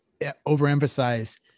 overemphasize